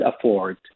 afford